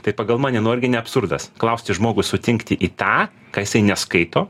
tai pagal mane nu argi ne absurdas klausti žmogų sutinkti į tą ką jisai neskaito